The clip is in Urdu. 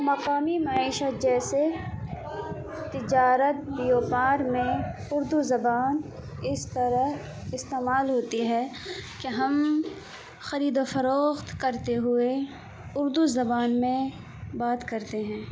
مقامی معاشت جیسے تجارت ویاپار میں اردو زبان اس طرح استعمال ہوتی ہے کہ ہم خرید و فروخت کرتے ہوئے اردو زبان میں بات کرتے ہیں